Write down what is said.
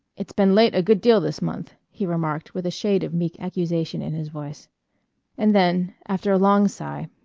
it's been late a good deal this month, he remarked with a shade of meek accusation in his voice and then after a long sigh,